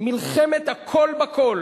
מלחמת הכול בכול.